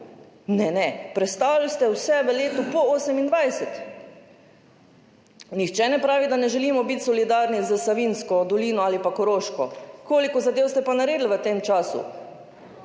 Ne, ne, prestavili ste vse v letu po 2028. Nihče ne pravi, da ne želimo biti solidarni s Savinjsko dolino ali pa Koroško. Koliko zadev ste pa naredili v tem času?